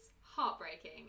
heartbreaking